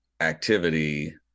activity